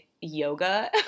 yoga